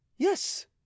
Yes